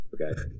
Okay